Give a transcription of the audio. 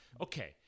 okay